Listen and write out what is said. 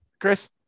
Chris